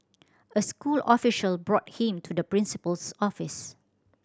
a school official brought him to the principal's office